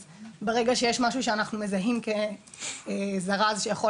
אז ברגע שיש משהו שאנחנו מזהים כזרז שיכול